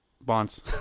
Bonds